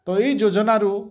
ତ ଏଇ ଯୋଜନା ରୁ